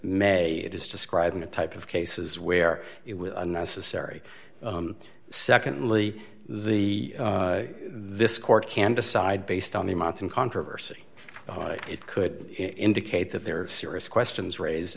may is describing the type of cases where it was necessary secondly the this court can decide based on the mountain controversy it could indicate that there are serious questions raised